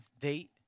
date